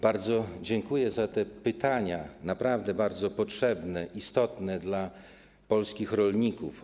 Bardzo dziękuję za te pytania, naprawdę bardzo potrzebne, istotne dla polskich rolników.